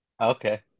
Okay